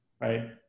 Right